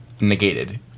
negated